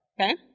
Okay